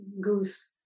Goose